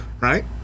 Right